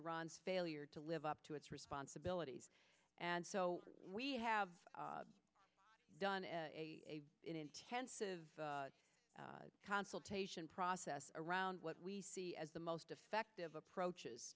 iran's failure to live up to its responsibilities and so we have done a intensive consultation process around what we see as the most effective approaches